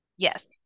Yes